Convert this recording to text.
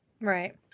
Right